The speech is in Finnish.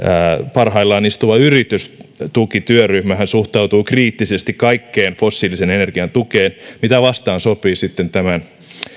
parhaillaan istuva yritystukityöryhmähän suhtautuu kriittisesti kaikkeen fossiilisen energian tukeen mitä vastaan sotii sitten tämä